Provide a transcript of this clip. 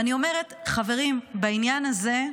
ואני אומרת, חברים, בעניין הזה,